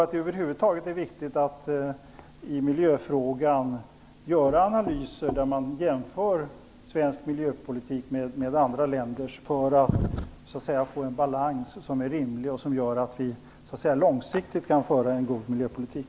Det är över huvud taget viktigt att i miljöfrågan göra analyser där man jämför svensk miljöpolitik med andra länders för att få en balans som är rimlig och som gör att vi långsiktigt kan föra en god miljöpolitik.